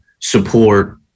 support